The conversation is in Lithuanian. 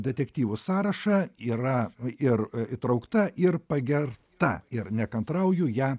detektyvų sąrašą yra ir įtraukta ir pagerta ir nekantrauju ją